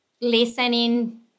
listening